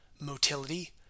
motility